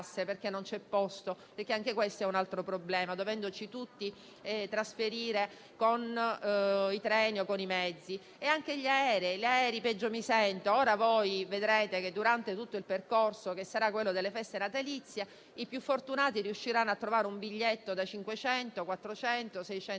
perché non c'è posto (anche questo è un altro problema, dovendoci tutti trasferire con i treni o con i mezzi). Sugli aerei, peggio mi sento. Vedrete che durante tutto il periodo delle feste natalizie i più fortunati riusciranno a trovare un biglietto da 500, 400, 600 euro